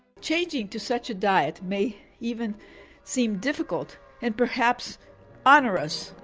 changing to such a diet may even seem difficult and perhaps onerous.